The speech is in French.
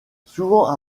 souvent